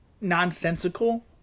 nonsensical